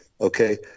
okay